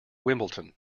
wimbledon